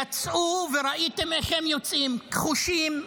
יצאו, וראיתם איך הם יוצאים: כחושים,